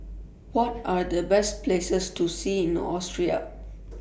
What Are The Best Places to See in Austria